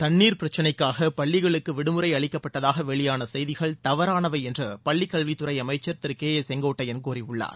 தண்ணீர் பிரச்சினைக்காக பள்ளிகளுக்கு விடுமுறை அளிக்கப்பட்டதாக வெளியான செய்திகள் தவறானவை என்று பள்ளிக்கல்வித்துறை அமைச்சர் திரு கே ஏ செங்கோட்டையன் கூறியுள்ளார்